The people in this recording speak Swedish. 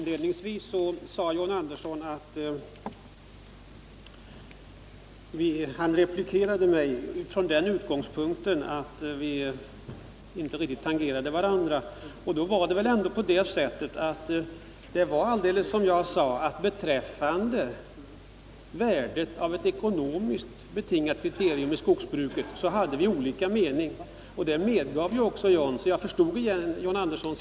Fru talman! John Andersson replikerade mig från utgångspunkten att vi inte riktigt tangerade varandra. Det var så som jag sade, att vi har olika meningar beträffande värdet av ett ekonomiskt betingat kriterium i skogsbruket. Att vi hade olika meningar medgav också John Andersson.